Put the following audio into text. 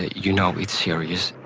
you know it's serious.